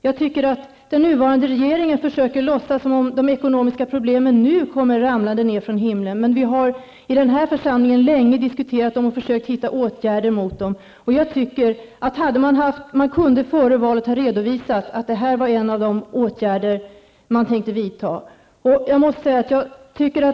Jag tycker att den nuvarande regeringen försöker låtsas som om de ekonomiska problemen nu kommer ramlande ner från himlen, men vi har i den här församlingen länge diskuterat dem och försökt hitta åtgärder mot dem. Jag menar att man före valet kunde ha redovisat att detta var en av de åtgärder man tänkte vidta.